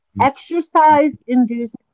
Exercise-induced